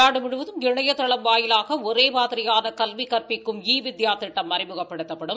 நாடு முழுவதும் இணையதளம் வாயிலாக ஒரே மாதிரியான கல்வி கற்பிக்கும் இ வித்யா திட்டம் அறிமுகப்படுத்தப்படும்